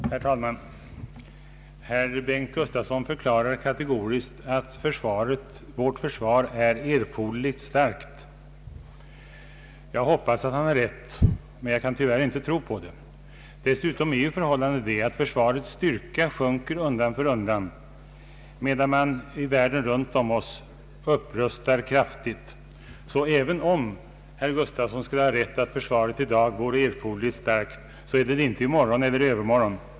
Herr talman! Herr Bengt Gustavsson förklarade kategoriskt att vårt försvar är erforderligt starkt. Jag hoppas att han har rätt, men jag kan tyvärr inte tro på det. Dessutom förhåller det sig så att försvarets relativa styrka sjunker undan för undan, emedan man i världen runt omkring oss upprustar kraftigt. även om herr Gustavsson skulle ha rätt i att försvaret i dag är erforderligt starkt så blir detta därför inte fallet i morgon eller i övermorgon.